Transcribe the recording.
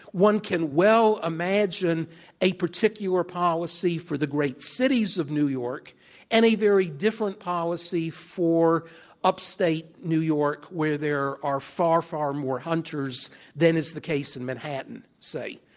one can well imagine a particular policy for the great cities of new york and a very different policy for upstate new york, where there are far, far more hunters than is the case in manhattan, say.